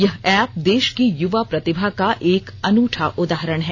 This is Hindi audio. यह ऐप देश की युवा प्रतिभा का एक अनूठा उदाहरण है